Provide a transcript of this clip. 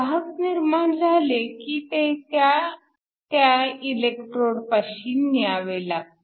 वाहक निर्माण झाले की ते त्या त्या इलेकट्रोड पाशी न्यावे लागतात